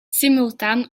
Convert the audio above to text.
simultaan